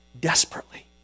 desperately